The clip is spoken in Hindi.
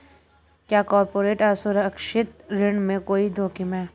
क्या कॉर्पोरेट असुरक्षित ऋण में कोई जोखिम है?